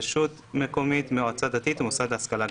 רשות מקומית, מועצה דתית ומוסד להשכלה גבוהה.